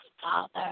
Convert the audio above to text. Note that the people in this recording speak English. Father